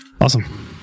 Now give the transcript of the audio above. Awesome